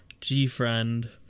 Gfriend